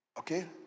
Okay